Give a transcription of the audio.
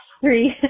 three